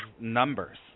numbers